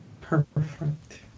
Perfect